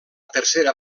tercera